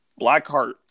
Blackheart